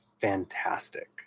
fantastic